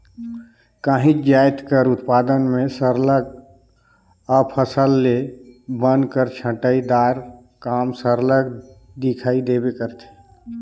काहींच जाएत कर उत्पादन में सरलग अफसल ले बन कर छंटई दार काम सरलग दिखई देबे करथे